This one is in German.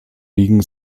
liegen